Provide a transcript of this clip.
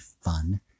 fun